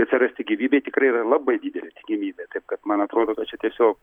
atsirasti gyvybei tikrai yra labai didelė tikimybė taip kad man atrodo kad čia tiesiog